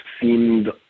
seemed